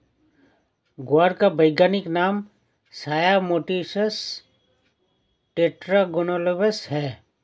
ग्वार का वैज्ञानिक नाम साया मोटिसस टेट्रागोनोलोबस है